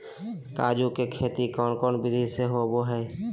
काजू के खेती कौन कौन विधि से होबो हय?